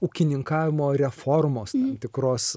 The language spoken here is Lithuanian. ūkininkavimo reformos tam tikros